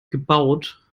gebaut